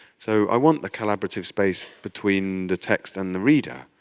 so i want the collaborative space between the text and the reader,